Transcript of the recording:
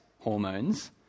hormones